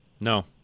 No